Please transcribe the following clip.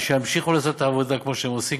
ושימשיכו לעשות את העבודה כמו שהם עושים,